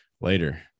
later